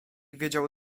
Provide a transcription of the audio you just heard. wiedział